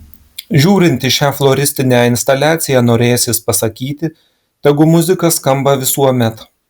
žiūrint į šią floristinę instaliaciją norėsis pasakyti tegu muzika skamba visuomet